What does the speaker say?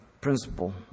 principle